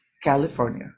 California